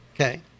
Okay